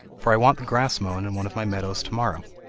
for i want the grass mown in one of my meadows to-morrow